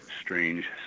strange